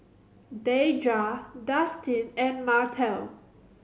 Deidra Dustin and Martell